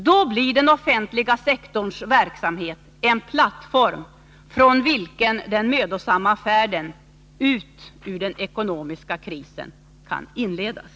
Då blir den offentliga sektorns verksamhet en plattform från vilken den mödosamma färden ut ur den ekonomiska krisen kan inledas.